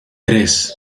tres